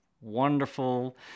wonderful